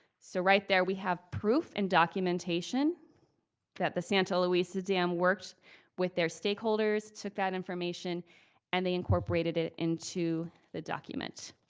so right there we have proof and documentation that the santa luisa dam worked with their stakeholders, took that information and they incorporated it into the document.